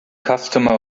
customer